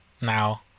now